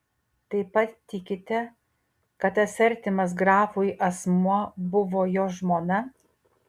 taip pat tikite kad tas artimas grafui asmuo buvo jo žmona